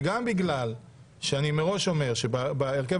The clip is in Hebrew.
וגם בגלל שאני מראש אומר שבהרכב